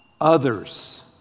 others